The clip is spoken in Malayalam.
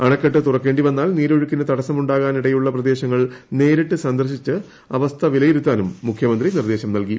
അണക്കെട്ട് തുറക്കേണ്ടി വന്നാൽ നീരൊഴുക്കിന് തടസ്സമുണ്ടാകാൻ ഇടയുള്ള പ്രദേശങ്ങൾ നേരിട്ട് സന്ദർശിച്ച് അവസ്ഥവിലയിരുത്താനും മുഖ്യമന്ത്രി നിർദ്ദേശം നൽകി